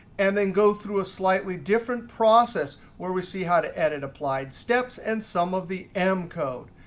and then go through a slightly different process where we see how to edit applied steps and some of the m code.